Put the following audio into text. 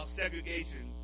segregation